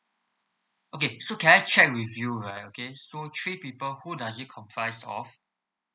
okay so can I check with you right okay so three people who does it comprise of